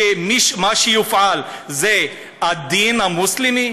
שמה שיופעל זה הדין המוסלמי,